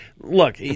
Look